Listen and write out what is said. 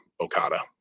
Okada